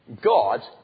God